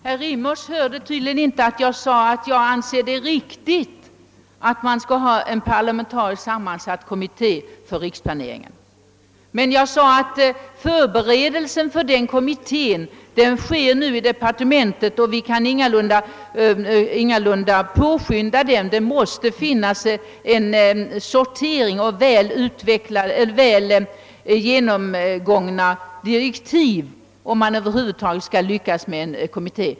Herr talman! Herr Rimås hörde tydligen inte att jag sade att jag anser, att det är riktigt att ha en parlamentariskt sammansatt kommitté för riksplaneringen. Men jag sade också att förberedelserna för denna kommittés arbete nu pågår i departementet och att vi ingalunda kan påskynda dessa. Det måste göras en sortering av arbetsuppgifterna och man måste utarbeta väl genomgångna direktiv, om en sådan kommitté över huvud taget skall kunna lyckas.